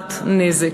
הוכחת נזק: